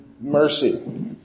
mercy